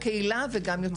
גם קהילה וגם יוצאות מקלטים.